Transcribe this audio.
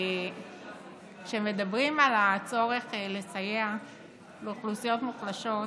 כשמדברים על הצורך לסייע לאוכלוסיות מוחלשות,